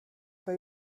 pas